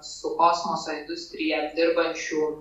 su kosmoso industrijoja dirbančių